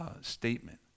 statement